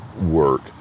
work